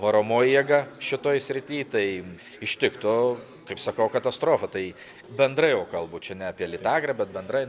varomoji jėga šitoj srity tai ištiktų kaip sakau katastrofa tai bendrai jau kalbu čia ne apie lytagrą bet bendrai